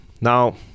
now